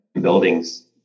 buildings